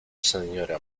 seniora